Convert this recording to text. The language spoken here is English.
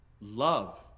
Love